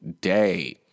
day